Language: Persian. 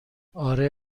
اره